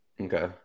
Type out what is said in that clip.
Okay